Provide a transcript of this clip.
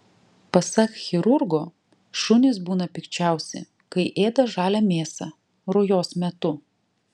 pasak chirurgo šunys būna pikčiausi kai ėda žalią mėsą rujos metu